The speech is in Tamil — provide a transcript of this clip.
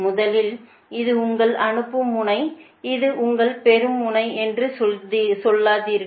முதலில் இது உங்கள் அனுப்பும் முனை இது உங்கள் பெறும் முனை என்று சொல்லாதீர்கள்